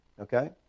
Okay